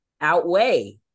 Outweigh